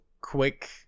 quick